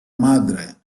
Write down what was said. madre